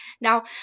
Now